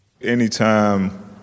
Anytime